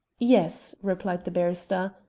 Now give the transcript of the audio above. yes, replied the barrister.